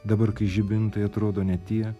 dabar kai žibintai atrodo ne tie